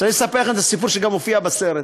עכשיו, אני אספר לכם את הסיפור שגם מופיע בסרט.